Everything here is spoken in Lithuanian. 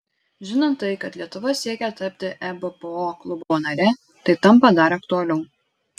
žinant tai kad lietuva siekia tapti ebpo klubo nare tai tampa dar aktualiau